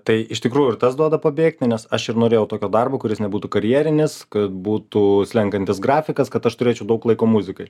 tai iš tikrųjų ir tas duoda pabėgti nes aš ir norėjau tokio darbo kuris nebūtų karjerinis kad būtų slenkantis grafikas kad aš turėčiau daug laiko muzikai